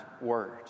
word